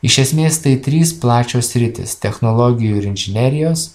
iš esmės tai trys plačios sritys technologijų ir inžinerijos